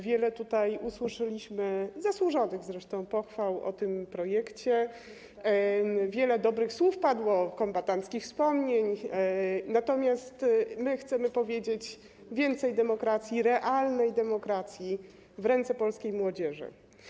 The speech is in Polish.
Wiele tutaj usłyszeliśmy pochwał, zresztą zasłużonych, dla tego projektu, wiele dobrych słów padło, kombatanckich wspomnień, natomiast my chcemy powiedzieć: więcej demokracji, realnej demokracji w ręce polskiej młodzieży.